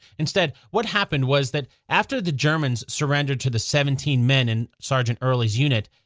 instead, what happened was that after the germans surrendered to the seventeen men in sergeant early's unit,